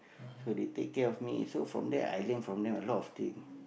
so they take care of me so from there I learn from them a lot of thing